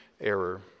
error